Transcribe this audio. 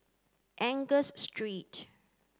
Angus Street